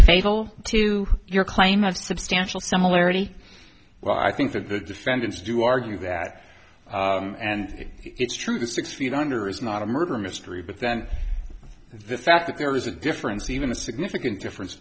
fatal to your claim of substantial similarity well i think that the defendants do argue that and it's true the six feet under is not a murder mystery but then the fact that there is a difference even a significant difference